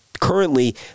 currently